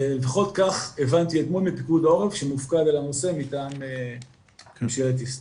לפחות כך הבנתי אתמול מפיקוד העורף שמופקד על הנושא מטעם ממשלת ישראל.